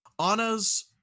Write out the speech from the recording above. Anna's